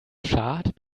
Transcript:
schad